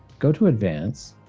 go to advanced,